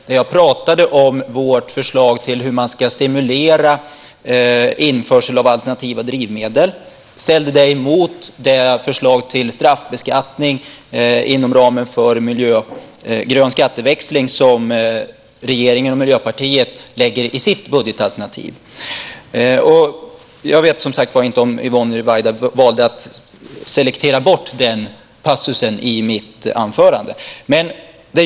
Där pratade jag om vårt förslag till hur man ska stimulera införsel av alternativa drivmedel och ställde det mot det förslag till straffbeskattning inom ramen för grön skatteväxling som regeringen och Miljöpartiet lägger fram i sitt budgetalternativ. Jag vet inte ifall Yvonne Ruwaida valde att selektera bort den passusen i mitt huvudanförande.